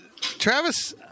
Travis